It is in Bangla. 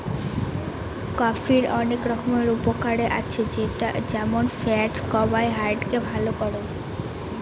কফির অনেক রকমের উপকারে আছে যেমন ফ্যাট কমায়, হার্ট কে ভালো করে